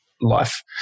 life